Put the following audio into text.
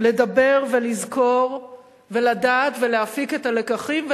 לדבר ולזכור ולדעת ולהפיק את הלקחים,